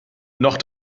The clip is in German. noch